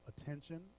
attention